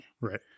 Right